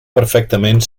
perfectament